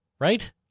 right